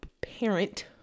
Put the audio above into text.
parent